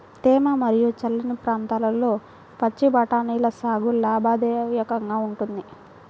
తేమ మరియు చల్లని ప్రాంతాల్లో పచ్చి బఠానీల సాగు లాభదాయకంగా ఉంటుంది